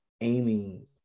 aiming